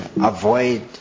avoid